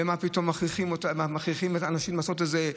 מה פתאום מכריחים את האנשים לעשות את זה?